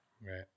Right